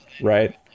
Right